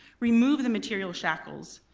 remove the material shackles.